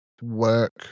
work